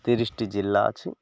ତିରିଶିଟି ଜିଲ୍ଲା ଅଛି